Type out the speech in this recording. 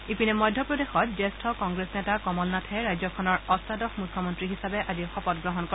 ইপিনে মধ্যপ্ৰদেশত জ্যেষ্ঠ কংগ্ৰেছ নেতা কমল নাথে ৰাজ্যখনৰ অষ্টাদশ মুখ্যমন্ত্ৰী হিচাপে আজি শপত গ্ৰহণ কৰে